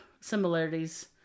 similarities